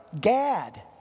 GAD